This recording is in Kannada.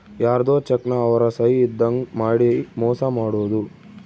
ಯಾರ್ಧೊ ಚೆಕ್ ನ ಅವ್ರ ಸಹಿ ಇದ್ದಂಗ್ ಮಾಡಿ ಮೋಸ ಮಾಡೋದು